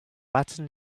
latin